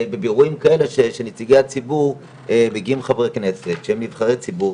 באירועים כאלה שנציגי הציבור מגיעים חברי כנסת שהם נבחרי ציבור,